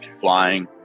flying